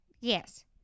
Yes